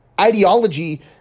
ideology